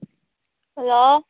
hello